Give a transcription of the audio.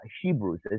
Hebrews